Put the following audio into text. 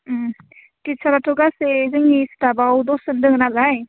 उम थिसाराथ' गासै जोंनि स्टाबाव दसजन दङ नालाइ